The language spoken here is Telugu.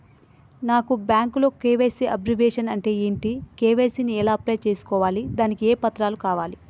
నాకు బ్యాంకులో కే.వై.సీ అబ్రివేషన్ అంటే ఏంటి కే.వై.సీ ని ఎలా అప్లై చేసుకోవాలి దానికి ఏ పత్రాలు కావాలి?